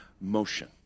motion